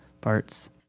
parts